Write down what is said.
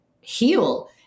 heal